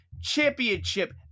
championship